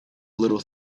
little